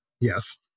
Yes